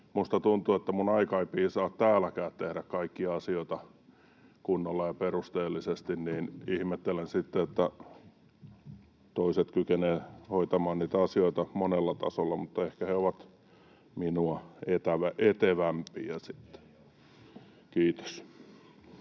minusta tuntuu, että minun aikani ei piisaa täälläkään tehdä kaikkia asioita kunnolla ja perusteellisesti, niin ihmettelen, että toiset kykenevät hoitamaan niitä asioita monella tasolla. Mutta ehkä he ovat minua etevämpiä sitten.